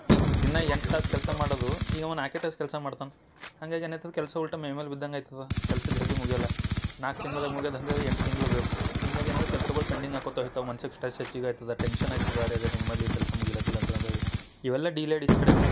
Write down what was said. ಈಗ ದಿನ ಎಂಟು ತಾಸು ಕೆಲಸ ಮಾಡದು ಈಗ ಅವ ನಾಲ್ಕೇ ತಾಸು ಕೆಲಸ ಮಾಡ್ತಾನೆ ಹಂಗಾಗಿ ಏನು ಆಯ್ತದ ಕೆಲಸ ಒಟ್ಟು ಮೈಮೇಲೆ ಬಿದ್ದಂಗ ಆಯ್ತದ ಕೆಲಸ ಜಲ್ದಿ ಮುಗಿಯಲ್ಲ ನಾಲ್ಕು ತಿಂಗಳ್ದಾಗ ಮುಗಿಯೋದು ದಂಧೆದ ಎಂಟು ತಿಂಗ್ಳ ಬೇಕು ಹಿಂಗಾಗಿ ಏನು ಆಗ್ಯದ ಕೆಲ್ಸಗಳು ಪೆಂಡಿಂಗ್ ಆಕೋತಾ ಹೋಯ್ತವ ಮನುಷ್ಯಾಗ ಸ್ಟ್ರೆಸ್ ಹೆಚ್ಚಿಗಿ ಐತದ ಟೆನ್ಶನ್ ಐತದ ಅರೆರೆ ಹೆಂಗ ಮಾಡಲಿ ಈ ಕೆಲಸ ಮುಗಿಲಾಗ್ತಿಲ್ಲ ಅಂತ ಅಂದೇಳಿ ಇವೆಲ್ಲಾ ಡಿಲೇಡ್ ಈಚೆ ಕಡೆ ಎಲ್ಲ